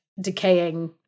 decaying